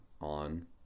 on